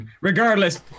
regardless